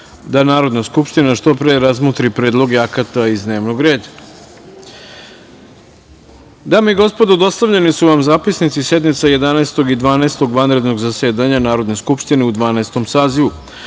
da Narodna skupština što pre razmotri predloge akata iz dnevnog reda. Dame i gospodo, dostavljeni su vam zapisnici sednica 11. i 12. vanrednog zasedanja Narodne skupštine u Dvanaestom